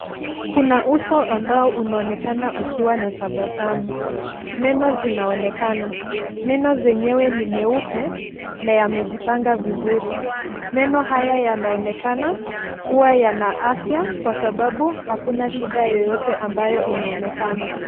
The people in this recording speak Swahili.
Kuna uso ambao unaonekana ukiwa na tabasamu. Meno zinaonekana, meno zenyewe ni meupe na yamejipanga vizuri. Meno haya yanaonekana kuwa yana afya kwa sababu hakuna shida yeyote ambayo inaonekana.